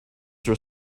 were